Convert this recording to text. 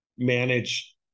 manage